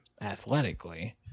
athletically